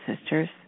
sisters